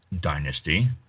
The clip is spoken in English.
Dynasty